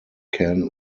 can